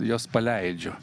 juos paleidžiu